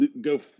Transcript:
go